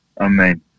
Amen